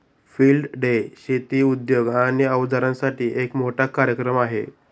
field day शेती उद्योग आणि अवजारांसाठी एक मोठा कार्यक्रम आहे